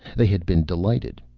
they had been delighted,